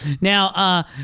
Now